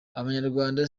abanyarwanda